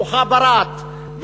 ואם מוחבראת,